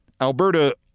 Alberta